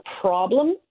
problem